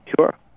Sure